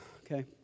okay